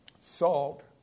salt